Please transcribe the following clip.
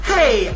Hey